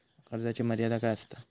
कर्जाची मर्यादा काय असता?